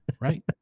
Right